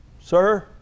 sir